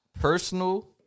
personal